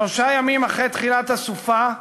שלושה ימים אחרי תחילת הסופה,